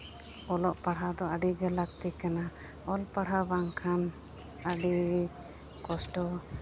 ᱚᱞᱚᱜᱼᱯᱟᱲᱦᱟᱣ ᱫᱚ ᱟᱹᱰᱤ ᱜᱮ ᱞᱟᱹᱠᱛᱤ ᱠᱟᱱᱟ ᱚᱞᱼᱯᱟᱲᱦᱟᱣ ᱵᱟᱝᱠᱷᱟᱱ ᱟᱹᱰᱤ ᱠᱚᱥᱴᱚ